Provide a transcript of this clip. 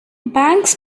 banks